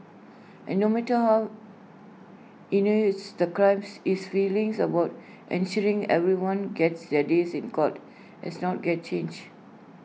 and no matter how heinous the crimes his feelings about ensuring everyone gets their days in court has not get changed